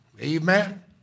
Amen